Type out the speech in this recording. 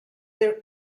their